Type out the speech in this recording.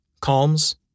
Calms